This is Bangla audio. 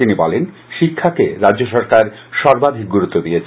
তিনি বলেন শিক্ষাকে রাজ্য সরকার সর্বাধিক গুরুত্ব দিয়েছে